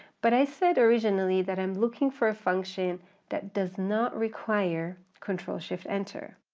but i said originally that i'm looking for a function that does not require control shift enter,